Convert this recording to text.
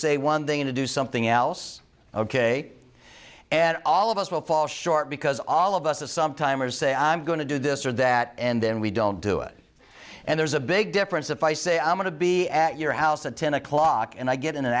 say one thing to do something else ok and all of us will fall short because all of us at some time or say i'm going to do this or that and then we don't do it and there's a big difference if i say i'm going to be at your house at ten o'clock and i get in an